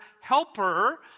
helper